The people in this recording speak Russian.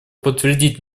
подтвердить